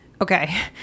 Okay